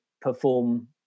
perform